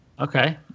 Okay